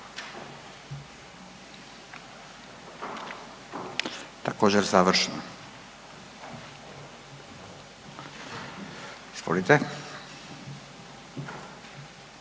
Također je zatraženo bonitet